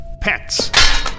pets